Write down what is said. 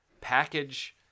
package